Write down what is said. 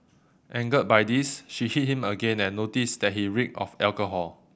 angered by this she hit him again and noticed that he reeked of alcohol